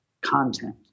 content